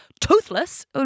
toothless